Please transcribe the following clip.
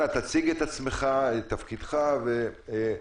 אנא הצג את עצמך ואת תפקידך ובקצרה.